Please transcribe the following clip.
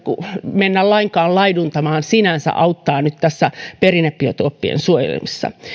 mennä lainkaan laiduntamaan auttaa nyt tässä perinnebiotooppien suojelussa